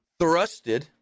thrusted